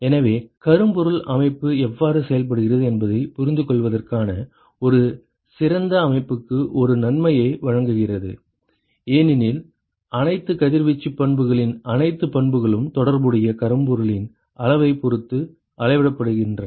எனவே கரும்பொருள் அமைப்பு எவ்வாறு செயல்படுகிறது என்பதைப் புரிந்துகொள்வதற்கான ஒரு சிறந்த அமைப்புக்கு ஒரு நன்மையை வழங்குகிறது ஏனெனில் அனைத்து கதிர்வீச்சு பண்புகளின் அனைத்து பண்புகளும் தொடர்புடைய கருப்பொருளின் அளவைப் பொறுத்து அளவிடப்படுகின்றன